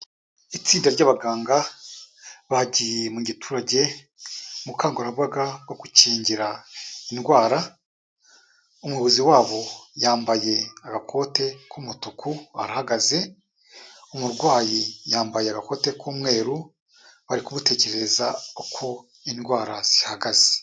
Itsinda ry'abaganga bagiye mu giturage, mu bukangurambaga bwo gukingira indwara, umuyobozi wabo yambaye agakote k'umutuku arahagaze, umurwayi yambaye agakote k'umweru bari kumutekerereza uko indwara zihagaze.